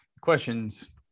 questions